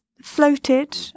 floated